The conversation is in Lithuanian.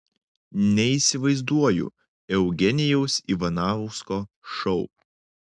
neįsivaizduoju eugenijaus ivanausko šou